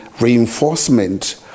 reinforcement